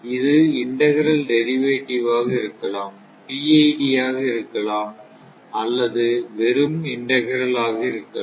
இது integral derivative ஆக இருக்கலாம் PID ஆக இருக்கலாம் அல்லது வெறும் இண்டக்ரல் ஆக இருக்கலாம்